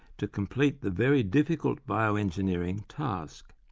to complete the very difficult bioengineering task.